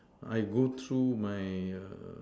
I can go through my err